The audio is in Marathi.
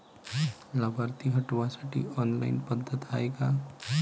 लाभार्थी हटवासाठी ऑनलाईन पद्धत हाय का?